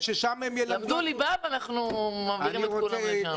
למדו ליבה, ואנחנו מעבירים את כולם לשם....